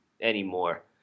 anymore